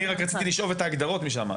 אני רק רציתי לשאוב את ההגדרות משם,